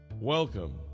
Welcome